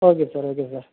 okay sir okay sir